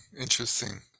interesting